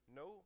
no